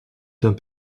d’un